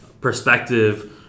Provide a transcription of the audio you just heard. perspective